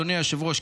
אדוני היושב-ראש,